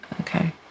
Okay